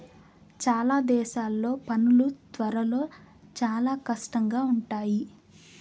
చాలా దేశాల్లో పనులు త్వరలో చాలా కష్టంగా ఉంటాయి